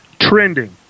trending